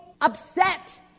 upset